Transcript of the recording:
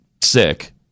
sick